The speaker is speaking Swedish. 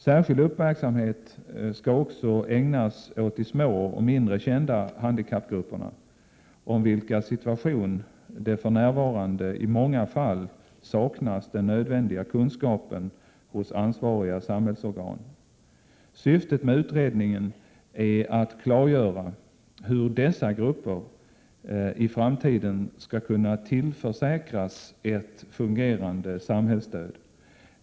Särskild uppmärksamhet skall också ägnas åt de små och mindre kända handikappgrupperna, om vilkas situation det för närvarande i många fall saknas den nödvändiga kunskapen hos ansvariga samhällsorgan. Syftet med utredningen är att klargöra hur dessa grupper i framtiden skall kunna tillförsäkras ett fungerande samhällsstöd.